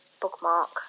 bookmark